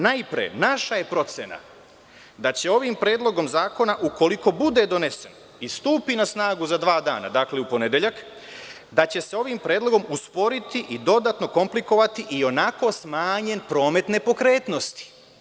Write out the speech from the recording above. Naša je procena da će ovim predlogom zakona, ukoliko bude donesen i stupi na snagu za dva dana, u ponedeljak, da će se ovim predlogom usporiti i dodatno komplikovati ionako smanjen promet nepokretnosti.